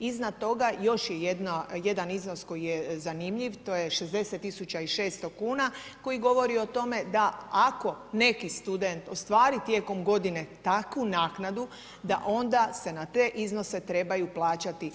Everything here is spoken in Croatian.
Iznad toga još je jedan iznos koji je zanimljiv, to je 60.600 kuna koji govori o tome da ako neki student ostvari tijekom godine takvu naknadu da se onda na te iznose trebaju plaćati